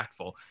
impactful